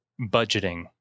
budgeting